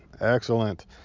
Excellent